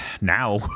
Now